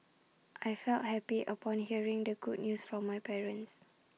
I felt happy upon hearing the good news from my parents